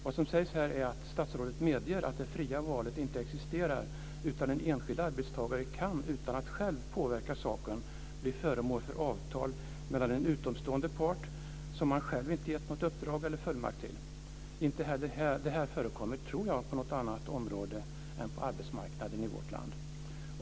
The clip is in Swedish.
Vad som sades här var att statsrådet medgav att det fria valet inte existerar, utan en enskild arbetstagare kan, utan att själv påverka saken, bli föremål för avtal mellan en utomstående part som han själv inte har gett något uppdrag eller fullmakt till. Inte heller det här förekommer, tror jag, på något annat område än på arbetsmarknaden i vårt land.